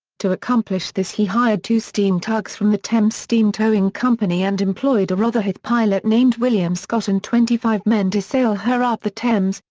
to accomplish this he hired two steam tugs from the thames steam towing company and employed a rotherhithe pilot named william scott and twenty five men to sail her up the thames,